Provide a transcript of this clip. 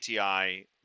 ATI